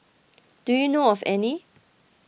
do you know of any